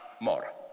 more